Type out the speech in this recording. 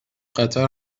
قطر